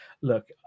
look